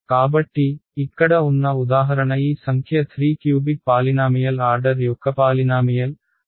కాబట్టి ఇక్కడ ఉన్న ఉదాహరణ ఈ సంఖ్య 3 క్యూబిక్ పాలినామియల్ ఆర్డర్ యొక్కపాలినామియల్ హారం పాలినామియల్ ఆర్డర్ 2